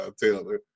Taylor